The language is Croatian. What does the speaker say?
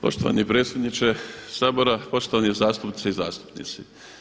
Poštovani predsjedniče Sabora, poštovane zastupnice i zastupnici.